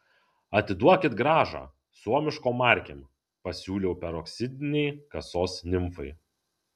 atiduokit grąžą suomiškom markėm pasiūliau peroksidinei kasos nimfai